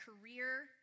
career